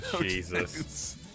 Jesus